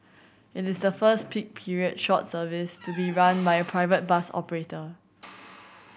it is the first peak period short service to be run by a private bus operator